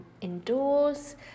indoors